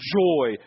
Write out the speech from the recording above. Joy